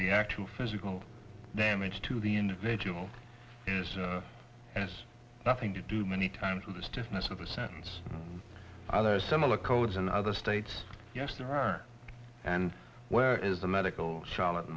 the actual physical damage to the individual has nothing to do many times with the stiffness of the sentence other similar codes in other states yes there are and where is the medical charlotte